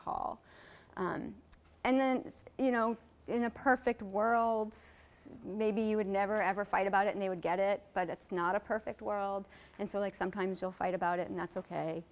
it's you know in a perfect world maybe you would never ever fight about it and they would get it but it's not a perfect world and so like sometimes you'll fight about it and that's ok